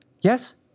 Yes